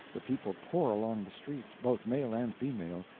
the people pour along the streets, both male and female,